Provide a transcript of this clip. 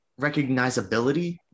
recognizability